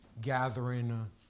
gathering